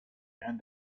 and